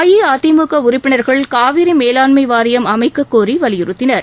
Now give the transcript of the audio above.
அஇஅதிமுக உறுப்பினர்கள் காவிரி மேலாண்மை வாரியம் அமைக்கக் கோரி வலியுறுத்தினர்